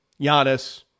Giannis